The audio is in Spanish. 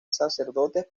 sacerdotes